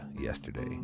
yesterday